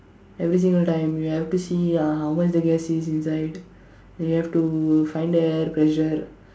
everything like you have to see uh how much the gas is inside and you have to find the pressure